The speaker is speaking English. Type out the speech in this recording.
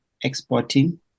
exporting